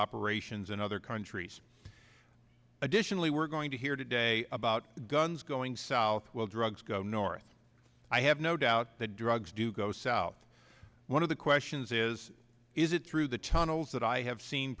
operations in other countries additionally we're going to hear today about guns going south while drugs go north i have no doubt that drugs do go south one of the questions is is it through the tunnels that i have seen